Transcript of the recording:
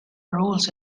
roles